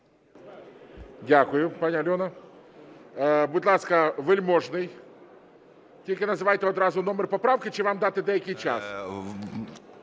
Дякую, пані Альона. Будь ласка, Вельможний, тільки називайте одразу номер поправки. Чи вам дати деякий час?